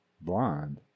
Blonde